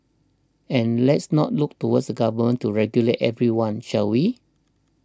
and let's not look towards government to regulate everyone shall we